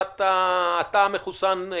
אתה מחוסן,